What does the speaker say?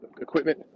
equipment